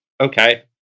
okay